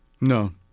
No